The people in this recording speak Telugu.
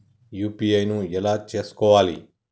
యూ.పీ.ఐ ను ఎలా చేస్కోవాలి?